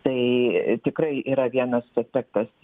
tai tikrai yra vienas aspektas